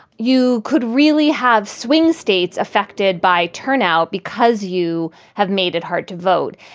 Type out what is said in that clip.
you could really have swing states affected by turnout because you have made it hard to vote.